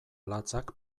latzak